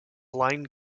line